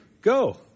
go